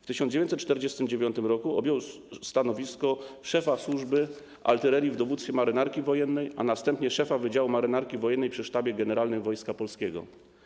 W 1949 r. objął stanowisko szefa Służby Artyleryjskiej w Dowództwie Marynarki Wojennej, a następnie - szefa Wydziału Marynarki Wojennej przy Sztabie Generalnym Wojska Polskiego.